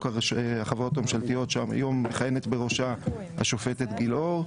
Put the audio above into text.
החברות הממשלתיות שעד היום מכהנת בראשה השופטת גילאור.